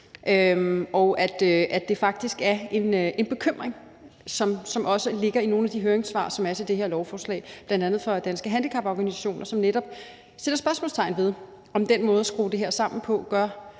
Det er faktisk en bekymring, som også ligger i nogle af de høringssvar, der er til det her lovforslag – bl.a. fra Danske Handicaporganisationer, som netop sætter spørgsmålstegn ved, om den måde at skrue det her sammen på gør,